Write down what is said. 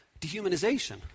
dehumanization